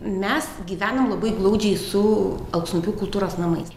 mes gyvenam labai glaudžiai su alksniupių kultūros namais